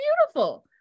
beautiful